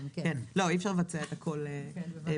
אי אפשר לבצע את הכול ביחד,